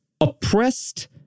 oppressed